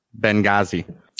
Benghazi